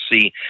see